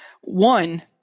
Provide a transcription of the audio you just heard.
one